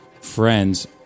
friends